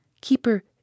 Keeper